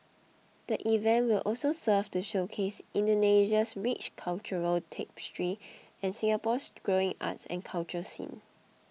the event will also serve to showcase Indonesia's rich cultural tapestry and Singapore's growing arts and culture scene